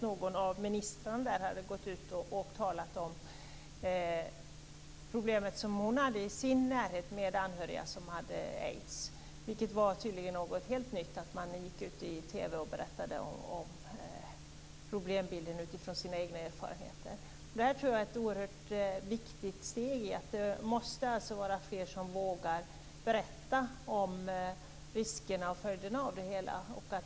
En av ministrarna hade där gått ut och talat om problem som hon hade i sin närhet med anhöriga som hade aids. Det var tydligen något helt nytt att man gick ut och berättade om problembilden utifrån sina egna erfarenheter. Detta är ett viktigt steg. Fler måste våga berätta om riskerna för och följderna av aids.